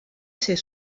ser